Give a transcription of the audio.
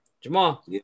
Jamal